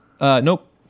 Nope